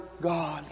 God